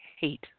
hate